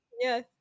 Yes